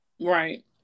Right